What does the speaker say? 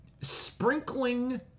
sprinkling